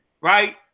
right